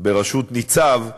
בראשות ניצב,